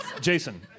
Jason